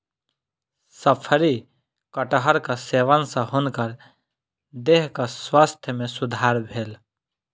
शफरी कटहरक सेवन सॅ हुनकर देहक स्वास्थ्य में सुधार भेल